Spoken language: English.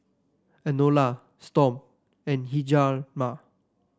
Enola Storm and Hjalmar